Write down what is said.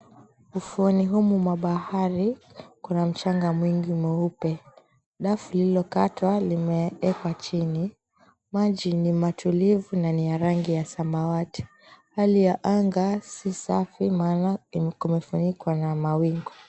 Ufuoni humu mwa bahari, kuna mchanga mwingi mweupe. Dafu lililokatwa limewekwa chini. Maji ni matulivu na ni ya rangi ya samawati. Hali ya anga si safi maana kumefunikwa na mawingu.